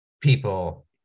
people